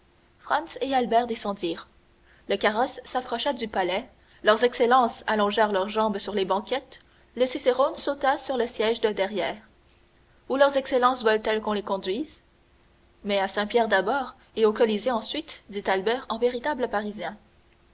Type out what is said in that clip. et albert descendirent le carrosse s'approcha du palais leurs excellences allongèrent leurs jambes sur les banquettes le cicérone sauta sur le siège de derrière où leurs excellences veulent-elles qu'on les conduise mais à saint-pierre d'abord et au colisée ensuite dit albert en véritable parisien